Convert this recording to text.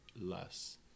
less